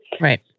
Right